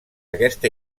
aquesta